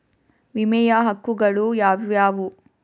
ವಿಮೆಯ ಹಕ್ಕುಗಳು ಯಾವ್ಯಾವು?